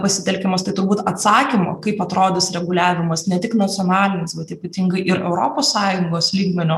pasitelkiamas tai turbūt atsakymo kaip atrodys reguliavimas ne tik nacionalinis bet ypatingai ir europos sąjungos lygmeniu